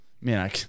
Man